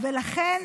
לעצור,